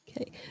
Okay